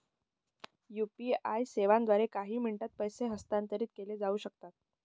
UPI सेवांद्वारे काही मिनिटांत पैसे हस्तांतरित केले जाऊ शकतात